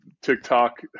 TikTok